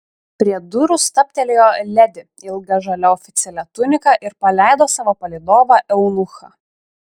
prie durų stabtelėjo ledi ilga žalia oficialia tunika ir paleido savo palydovą eunuchą